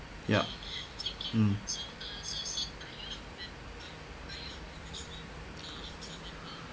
yup mm